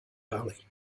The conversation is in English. valley